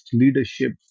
leadership